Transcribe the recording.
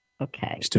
Okay